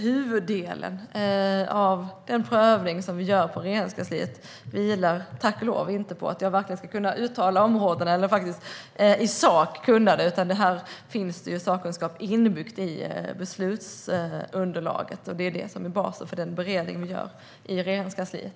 Huvuddelen av den prövning som vi gör på Regeringskansliet vilar - tack och lov - inte på att jag ska kunna uttala områdena eller i sak kunna detta. Det finns sakkunskap inbyggd i beslutsunderlaget, och det är detta som är basen för den beredning som vi gör i Regeringskansliet.